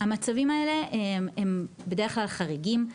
המצבים האלו הם בדרך כלל חריגים,